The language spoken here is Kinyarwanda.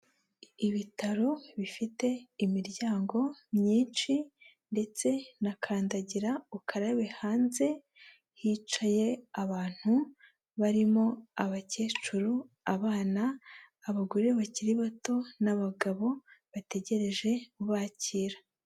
Ibitaro bifite imiryango myinshi ndetse na kandagira ukarabe, hanze hicaye abantu barimo abakecuru, abana, abagore bakiri bato n'abagabo bategereje kubakira.